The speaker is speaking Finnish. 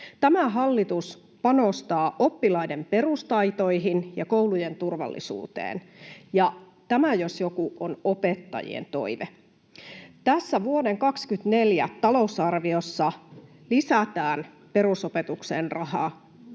Tämä hallitus panostaa oppilaiden perustaitoihin ja koulujen turvallisuuteen, ja tämä jos joku on opettajien toive. Tässä vuoden 24 talousarviossa lisätään koko hallinnonalalle